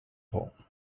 poll